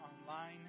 online